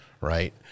right